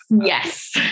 yes